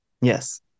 Yes